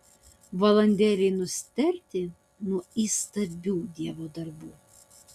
valandėlei nustėrti nuo įstabių dievo darbų